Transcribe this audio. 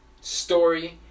story